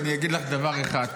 אני אגיד לך דבר אחד.